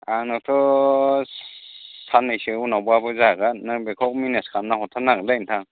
आंनाथ' सान्नैसो उनावबाबो जागोन नों बेखौ मेनेस खालामनानै हरथार नांगोन दे ओनथां